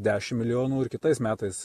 dešim milijonų ir kitais metais